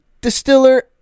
distiller